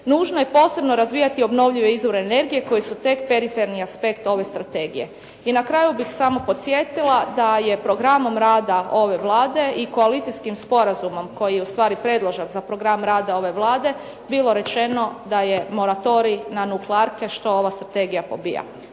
nužno je posebno razvijati obnovljive izvore energije koji su tek periferni aspekt ove strategije. I na kraju bih samo podsjetila da je programom rada ove Vlade i koalicijskom sporazumom koji je ustvari predložak za program rada ove Vlade bilo rečeno da je moratorij na nuklearke što ova strategija pobija.